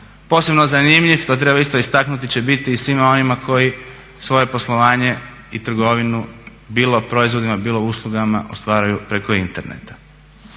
Posebno zanimljiv, to treba isto istaknuti će biti i svima onima koji svoje poslovanje i trgovinu bilo proizvodima, bilo uslugama ostvaruju preko interneta.